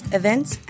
events